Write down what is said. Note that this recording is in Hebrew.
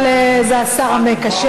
אבל זה השר המקשר.